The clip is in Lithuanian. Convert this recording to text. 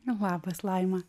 labas laima